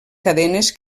cadenes